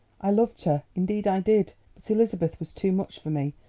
i loved her, indeed i did, but elizabeth was too much for me,